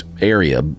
area